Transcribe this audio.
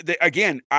again